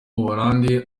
buholandi